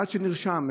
אחד שנרשם,